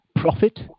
profit